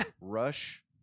Rush